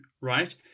right